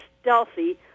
stealthy